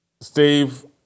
Steve